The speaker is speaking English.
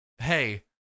hey